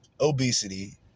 obesity